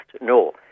No